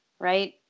right